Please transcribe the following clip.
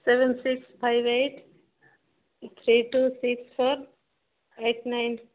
seven six five eight three two six four eight nine